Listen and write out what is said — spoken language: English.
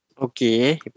Okay